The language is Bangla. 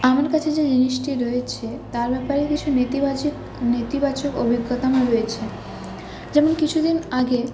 আমার কাছে যে জিনিসটি রয়েছে তার ব্যাপারে কিছু নীতিবাচক নেতিবাচক অভিজ্ঞতা আমার রয়েছে যেমন কিছুদিন আগে